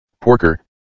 Porker